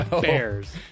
Bears